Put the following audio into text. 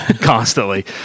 constantly